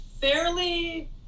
fairly